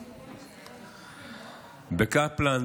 בקפלן,